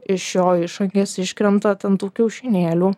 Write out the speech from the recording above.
iš jo išangės iškrenta ten tų kiaušinėlių